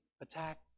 attack